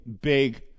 big